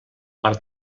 per